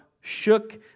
shook